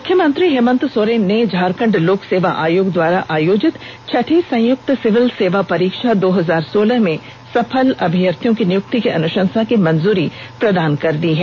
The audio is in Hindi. मुख्यमंत्री हेमंत सोरेन ने झारखंड लोक सेवा आयोग द्वारा आयोजित छठी संयुक्त सिविल सेवा परीक्षा दो हजार सोलह में सफल अभ्यर्थियों की नियुक्ति की अनुषंसा की मंजूरी प्रदान कर दी है